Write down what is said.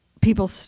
people